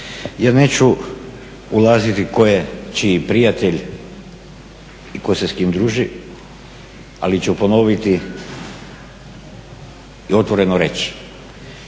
Ja neću ulaziti ko je čiji prijatelj i ko se s kim druži, ali ću ponoviti i otvoreno reći